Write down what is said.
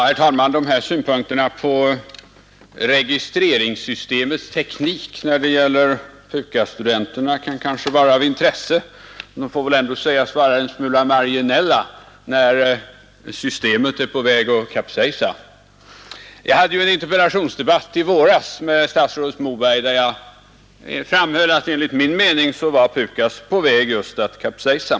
Herr talman! De här synpunkterna på registreringssystemets teknik när det gäller PUKAS-studenterna kan kanske vara av intresse, men de får väl ändå sägas vara en smula marginella när PUKAS-systemet är på väg att kapsejsa. Jag hade en interpellationsdebatt i våras med statsrådet Moberg där jag framhöll att enligt min mening var PUKAS just på väg att kapsejsa.